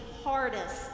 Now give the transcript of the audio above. hardest